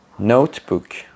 Notebook